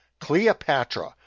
Cleopatra